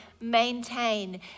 maintain